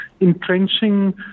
entrenching